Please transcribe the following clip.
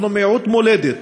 אנחנו מיעוט מולדת,